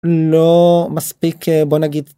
לא מספיק בא נגיד.